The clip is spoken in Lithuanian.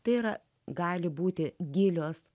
tai yra gali būti gilios